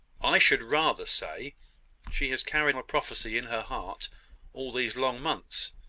i should rather say she has carried a prophecy in her heart all these long months,